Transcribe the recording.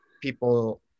people